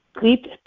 Sleep